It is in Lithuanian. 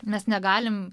mes negalim